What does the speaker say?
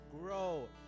grow